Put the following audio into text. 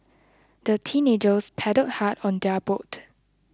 the teenagers paddled hard on their boat